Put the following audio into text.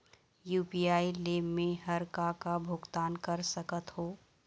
UPI ले मे हर का का भुगतान कर सकत हो?